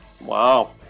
Wow